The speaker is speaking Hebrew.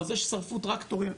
זה ששרפו טרקטורים,